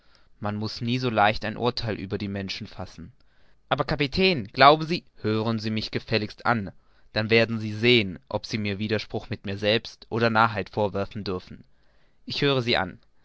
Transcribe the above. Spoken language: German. man muß nie so leicht ein urtheil über die menschen fassen aber kapitän glauben sie hören sie mich gefälligst an dann werden sie sehen ob sie mir widerspruch mit mir selbst oder narrheit vorwerfen dürfen ich höre sie an